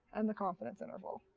and the confidence interval.